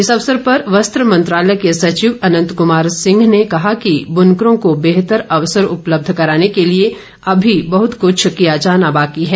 इस अवसर पर वस्त्र मंत्रालय के सचिव अनंत कुमार सिंह ने कहा कि बुनकरों को बेहतर अवसर उपलब्ध कराने के लिए अभी बहत कुछ किया जाना बाकी है